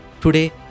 Today